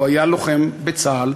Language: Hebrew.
הוא היה לוחם בצה"ל.